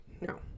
No